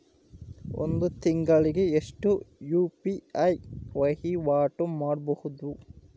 ಒಂದ್ ತಿಂಗಳಿಗೆ ಎಷ್ಟ ಯು.ಪಿ.ಐ ವಹಿವಾಟ ಮಾಡಬೋದು?